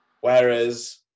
Whereas